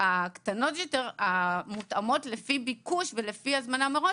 הקטנות יותר, שמתואמות לפי ביקוש ולפי הזמנה מראש.